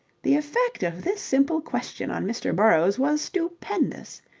the effect of this simple question on mr. burrowes was stupendous.